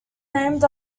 named